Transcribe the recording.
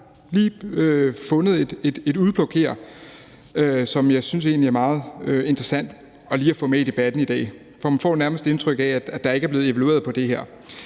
Jeg har lige fundet et udpluk her, som jeg egentlig synes er meget interessant at få med i debatten i dag, for man får nærmest indtrykket af, at der ikke er blevet evalueret på det her.